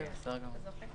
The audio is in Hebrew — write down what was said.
בסדר גמור.